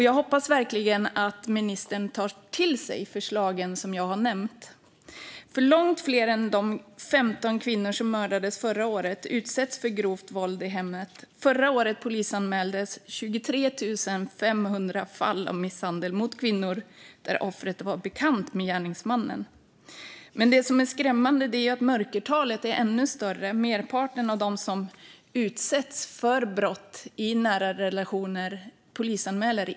Jag hoppas verkligen att ministern tar till sig de förslag jag har nämnt, för långt fler än de 15 kvinnor som mördades förra året utsätts för grovt våld i hemmet. Förra året polisanmäldes 23 500 fall av misshandel mot kvinnor där offret var bekant med gärningsmannen. Men det som är skrämmande är att mörkertalet är ännu större, då merparten av dem som utsätts för brott i nära relationer inte polisanmäler.